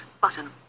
button